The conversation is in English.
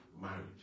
marriage